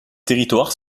territoires